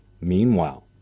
Meanwhile